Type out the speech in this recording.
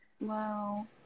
Wow